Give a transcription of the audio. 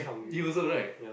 you also right